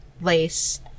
lace